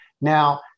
now